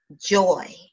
joy